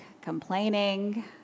complaining